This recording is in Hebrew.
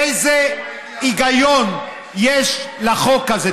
איזה היגיון יש בחוק הזה?